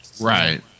Right